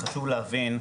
חשוב להבין,